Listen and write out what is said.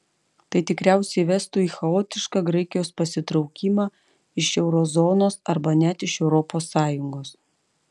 tai tikriausiai vestų į chaotišką graikijos pasitraukimą iš euro zonos arba net iš europos sąjungos